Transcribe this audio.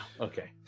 Okay